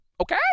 Okay